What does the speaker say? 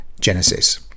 genesis